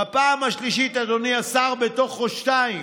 בפעם השלישית, אדוני השר, בתוך חודשיים.